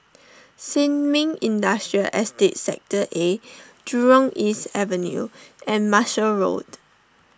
Sin Ming Industrial Estate Sector A Jurong East Avenue and Marshall Road